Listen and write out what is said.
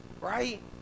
Right